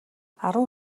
арван